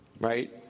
Right